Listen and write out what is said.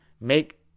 Make